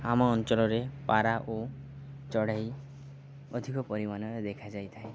ଆମ ଅଞ୍ଚଳରେ ପାରା ଓ ଚଢ଼େଇ ଅଧିକ ପରିମାଣରେ ଦେଖାଯାଇଥାଏ